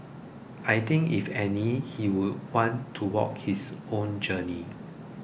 I think if any he would want to walk his own journey